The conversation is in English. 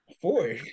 Four